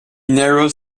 narrows